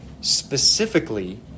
specifically